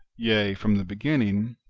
yea, from the beginning,